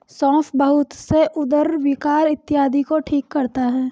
सौंफ बहुत से उदर विकार इत्यादि को ठीक करता है